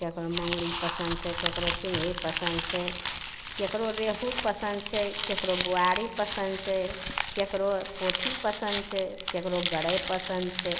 केकरो मङुरी पसन्द छै केकरो सिङही पसन्द छै केकरो रेहू पसन्द छै केकरो बुआरी पसन्द छै केकरो पोठी पसन्द छै केकरो गरै पसन्द छै